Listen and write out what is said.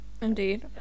Indeed